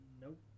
nope